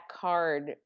card